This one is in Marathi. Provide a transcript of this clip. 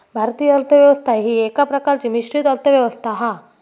भारतीय अर्थ व्यवस्था ही एका प्रकारची मिश्रित अर्थ व्यवस्था हा